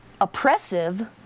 oppressive